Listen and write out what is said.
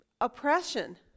oppression